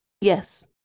yes